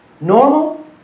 Normal